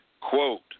Quote